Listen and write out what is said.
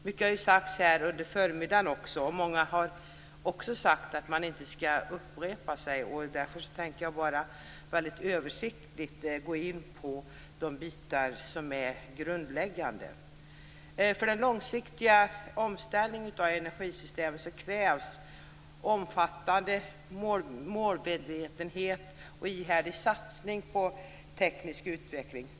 Mycket har ju sagts här under förmiddagen också, och många har också sagt att man inte skall upprepa sig. Därför tänker jag bara översiktligt gå in på det som är grundläggande. För en långsiktig omställning av energisystemet krävs en omfattande, målmedveten och ihärdig satsning på teknisk utveckling.